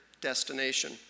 destination